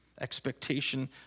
expectation